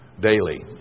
daily